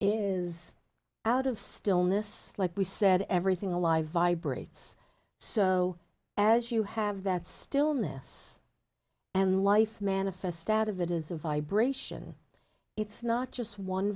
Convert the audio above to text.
is out of stillness like we said everything alive vibrates so as you have that stillness and life manifest out of it is a vibration it's not just one